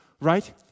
right